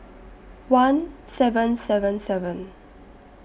one seven seven seven